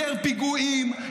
יותר פיגועים,